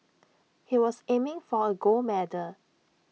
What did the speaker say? he was aiming for A gold medal